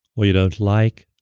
or you don't like.